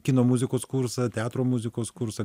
kino muzikos kursą teatro muzikos kursą